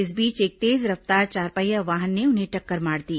इस बीच एक तेज रफ्तार चारपहिया वाहन ने उन्हें टक्कर मार दी